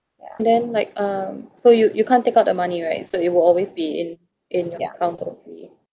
then like um so you you can't take out the money right so it will always be in in your account